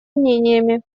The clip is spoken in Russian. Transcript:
мнениями